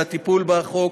על הטיפול בחוק,